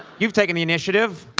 you've taken the initiative.